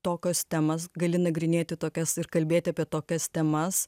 tokios temas gali nagrinėti tokias ir kalbėti apie tokias temas